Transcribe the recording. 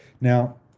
Now